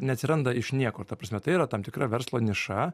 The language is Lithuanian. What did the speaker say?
neatsiranda iš niekur ta prasme tai yra tam tikra verslo niša